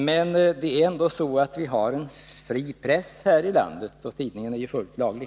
Vi har dock en fri press här i landet, och tidningen i fråga är fullt laglig.